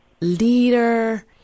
leader